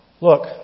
look